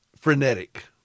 frenetic